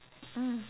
mm